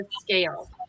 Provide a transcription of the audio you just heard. scale